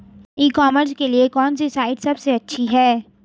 E commerce के लिए कौनसी साइट सबसे अच्छी है?